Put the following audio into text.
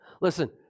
Listen